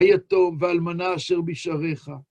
היתום ואלמנה אשר בשערך.